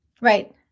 right